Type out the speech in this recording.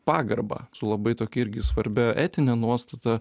pagarba su labai tokia irgi svarbia etinė nuostata